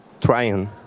trying